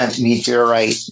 meteorite